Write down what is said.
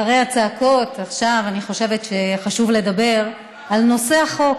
אחרי הצעקות עכשיו אני חושבת שחשוב לדבר על נושא החוק,